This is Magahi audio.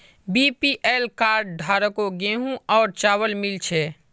बीपीएल कार्ड धारकों गेहूं और चावल मिल छे